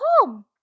home